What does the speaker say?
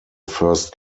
first